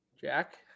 Jack